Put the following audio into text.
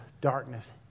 darkness